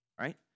right